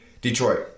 Detroit